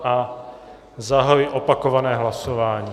A zahajuji opakované hlasování.